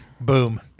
Boom